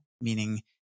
Meaning